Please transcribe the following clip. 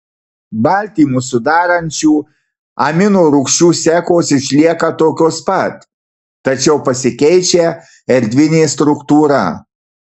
baltymus sudarančių amino rūgčių sekos išlieka tokios pat tačiau pasikeičia erdvinė struktūra